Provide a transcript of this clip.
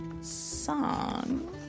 song